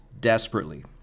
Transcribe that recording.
desperately